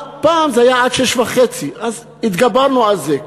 פעם זה היה עד 06:30, אז התגברנו על זה.